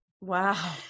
Wow